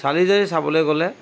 চালি জাৰি চাবলৈ গ'লে